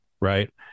Right